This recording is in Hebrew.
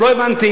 ולא הבנתי